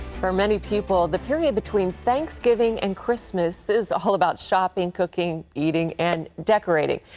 for many people, the period between thanksgiving and christmas is all about shopping, cooking, eating, and decorating.